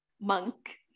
monk